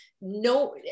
No